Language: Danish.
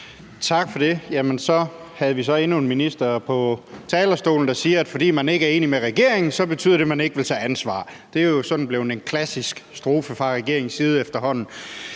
Tak for det. Jamen så havde vi endnu en minister på talerstolen, der siger, at fordi man ikke er enig med regeringen, betyder det, at man ikke vil tage ansvar. Det er sådan blevet en klassisk strofe fra regeringens side efterhånden.